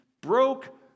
broke